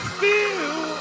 feel